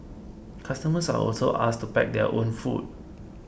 customers are also asked to pack their own food